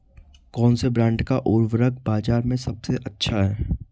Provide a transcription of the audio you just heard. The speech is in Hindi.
कौनसे ब्रांड का उर्वरक बाज़ार में सबसे अच्छा हैं?